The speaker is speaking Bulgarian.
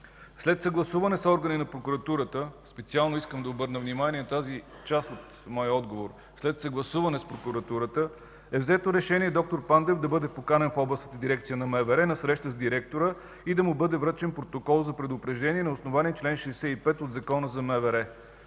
След съгласуване с органи на прокуратурата, специално искам да обърна внимание на тази част от моя отговор, е взето решение д-р Пандев да бъде поканен в Областната дирекция на МВР на среща с директора и да му бъде връчен протокол за предупреждение на основание чл. 65 от Закона за МВР.